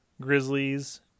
Grizzlies